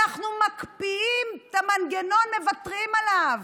אנחנו מקפיאים את המנגנון, מוותרים עליו.